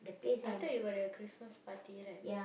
I thought you got the Christmas party right